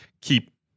keep